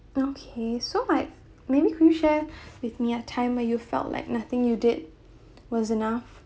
okay so like maybe could you share with me a time where you felt like nothing you did was enough